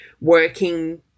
working